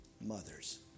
mothers